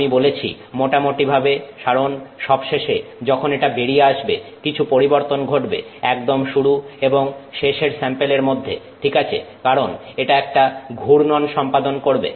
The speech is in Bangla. আমি বলেছি মোটামোটিভাবে কারণ সবশেষে যখন এটা বেরিয়ে আসবে কিছু পরিবর্তন ঘটবে একদম শুরু এবং শেষের স্যাম্পেলের মধ্যে ঠিক আছে কারণ এটা একটা ঘূর্ণন সম্পাদন করবে